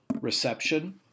reception